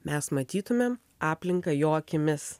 mes matytumėm aplinką jo akimis